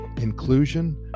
inclusion